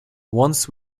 once